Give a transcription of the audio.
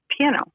piano